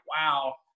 wow